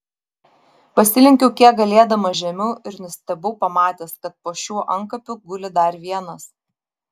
pasilenkiau kiek galėdamas žemiau ir nustebau pamatęs kad po šiuo antkapiu guli dar vienas